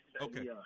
Okay